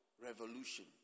revolution